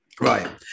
Right